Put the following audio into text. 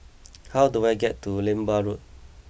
how do I get to Lembu Road